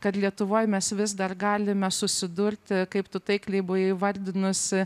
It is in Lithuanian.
kad lietuvoj mes vis dar galime susidurti kaip tu taikliai buvai įvardinusi